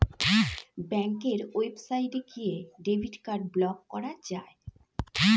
ব্যাঙ্কের ওয়েবসাইটে গিয়ে ডেবিট কার্ড ব্লক করা যায়